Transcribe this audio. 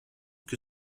que